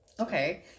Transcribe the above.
Okay